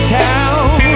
town